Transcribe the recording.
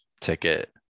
ticket